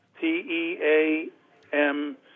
T-E-A-M